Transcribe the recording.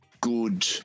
good